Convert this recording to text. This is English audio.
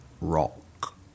rock